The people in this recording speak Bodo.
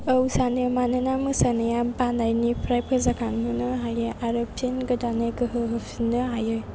औ सानो मानोना मोसानाया बानायनिफ्राय फोजाखांहोनो हायो आरो फिन गोदानै गोहो होफिननो हायो